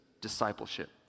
Discipleship